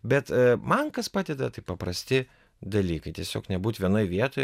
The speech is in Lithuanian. bet man kas padeda tai paprasti dalykai tiesiog nebūt vienoj vietoj